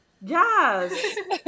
yes